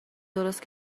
درست